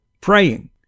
praying